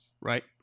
Right